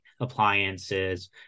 appliances